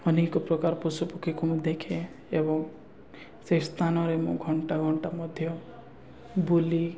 ଅନେକ ପ୍ରକାର ପଶୁପକ୍ଷୀକୁ ମୁଁ ଦେଖେ ଏବଂ ସେ ସ୍ଥାନରେ ମୁଁ ଘଣ୍ଟା ଘଣ୍ଟା ମଧ୍ୟ ବୁଲି